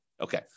okay